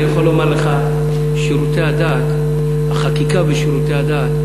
אני יכול לומר לך שהחקיקה בשירותי הדת,